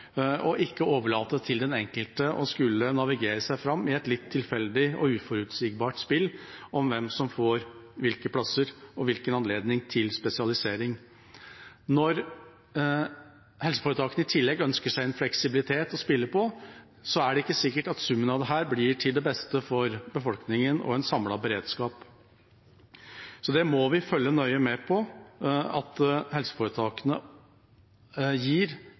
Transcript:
vi ikke kan overlate til den enkelte å skulle navigere seg fram i, i et litt tilfeldig og uforutsigbart spill om hvem som får hvilke plasser, og hvilken anledning til spesialisering man får. Når helseforetakene i tillegg ønsker seg en fleksibilitet å spille på, er det ikke sikkert at summen av dette blir til det beste for befolkningen og en samlet beredskap. Så vi må følge nøye med på at helseforetakene gir